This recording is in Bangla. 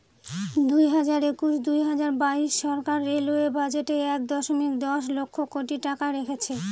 দুই হাজার একুশ দুই হাজার বাইশ সরকার রেলওয়ে বাজেটে এক দশমিক দশ লক্ষ কোটি টাকা রেখেছে